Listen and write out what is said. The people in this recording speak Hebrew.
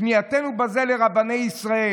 פנייתנו בזה לרבני ישראל,